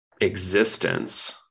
existence